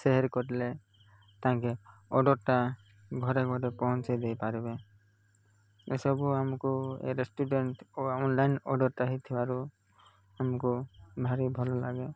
share କଲେ ତାଙ୍କେ ଅର୍ଡ଼ର୍ଟା ଘରେ ଘରେ ପହଞ୍ଚାଇ ଦେଇପାରିବେ ଏସବୁ ଆମକୁ ଏ ରେଷ୍ଟୁରାଣ୍ଟ ଓ ଅନଲାଇନ୍ ଅର୍ଡ଼ର୍ଟା ହେଇଥିବାରୁ ଆମକୁ ଭାରି ଭଲ ଲାଗେ